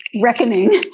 reckoning